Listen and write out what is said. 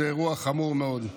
היא אירוע חמור מאוד.